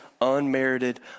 unmerited